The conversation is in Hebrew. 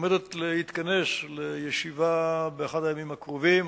עומדת להתכנס לישיבה באחד הימים הקרובים,